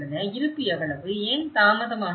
இருப்பு எவ்வளவு ஏன் தாமதமாகின்றன